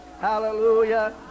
hallelujah